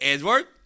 Edward